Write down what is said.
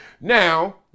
Now